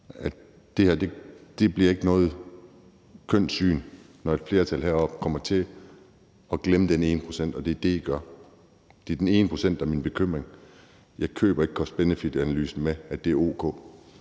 det ikke bliver noget kønt syn, når et flertal herinde kommer til at glemme den ene procent, og det er det, I gør. Det er den ene procent, der er min bekymring. Jeg køber ikke cost-benefit-analysen med, at det er o.k.